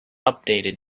updated